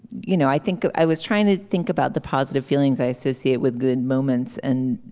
you know i think i was trying to think about the positive feelings i associate with good moments and